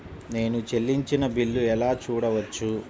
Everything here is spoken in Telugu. నేను చెల్లించిన బిల్లు ఎలా చూడవచ్చు?